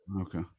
okay